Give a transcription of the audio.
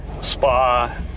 spa